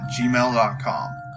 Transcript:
gmail.com